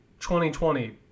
2020